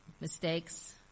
mistakes